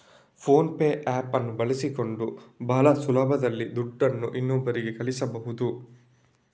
phone pay app ಅನ್ನು ಬಳಸಿಕೊಂಡು ಭಾಳ ಸುಲಭದಲ್ಲಿ ದುಡ್ಡನ್ನು ಇನ್ನೊಬ್ಬರಿಗೆ ಕಳಿಸಬಹುದು